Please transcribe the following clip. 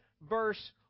verse